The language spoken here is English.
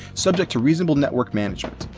subject to reasonable network management.